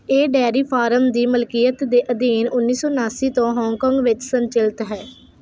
ਇਹ dairy farm ਦੀ ਮਲਕੀਅਤ ਦੇ ਅਧੀਨ ਉੱਨੀ ਸੌ ਉਨਾਸੀ ਤੋਂ ਹਾਂਗਕਾਂਗ ਵਿੱਚ ਸੰਚਾਲਿਤ ਹੈ